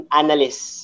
analysts